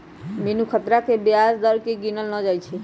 बिनु खतरा के ब्याज दर केँ गिनल न जाइ छइ